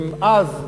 כי אז,